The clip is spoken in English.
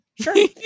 sure